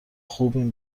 خوبیم